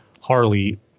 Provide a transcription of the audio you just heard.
Harley